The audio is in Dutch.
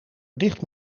dicht